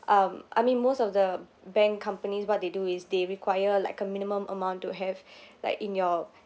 um I mean most of the bank companies what they do is they require like a minimum amount to have like in your